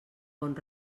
bon